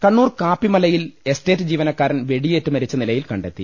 കണ്ണൂർ കാപ്പി മലയിൽ എസ്റ്റേറ്റ് ജീവനക്കാരൻ വെടിയേറ്റ് മരിച്ച നിലയിൽ കണ്ടെത്തി